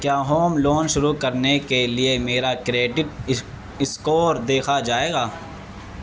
کیا home loan شروع کرنے کے لیے میرا کریڈٹ اسکور دیکھا جائے گا